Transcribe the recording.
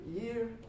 Year